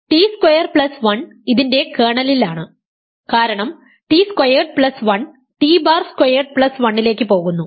T square plus 1 ഇതിന്റെ കേർണലിലാണ് കാരണം T squared plus 1 T bar squared plus 1 ലേക്ക് പോകുന്നു